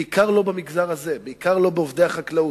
בעיקר לא במגזר הזה, בעיקר לא אצל עובדי החקלאות.